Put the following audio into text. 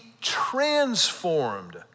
transformed